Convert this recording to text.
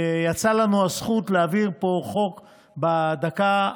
יצאה לנו הזכות להעביר פה חוק בדקה ה-90,